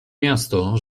miasto